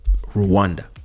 Rwanda